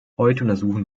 untersuchen